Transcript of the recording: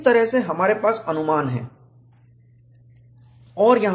इस तरह से हमारे पास अनुमान अप्प्रोक्सिमेशंस है